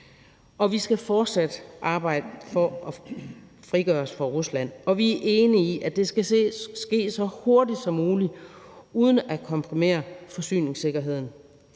Vi skal fortsat arbejde for at frigøre os fra Rusland, og vi er enige i, at det skal ske så hurtigt som muligt uden at kompromittere forsyningssikkerheden.